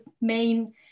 main